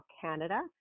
Canada